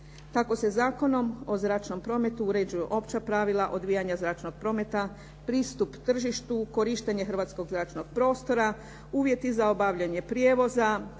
Kako se Zakonom o zračnom prometu uređuju opća pravila odvijanja zračnog prometa pristup tržištu, korištenje hrvatskog zračnog prostora, uvjeti za obavljanje prijevoza,